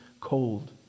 cold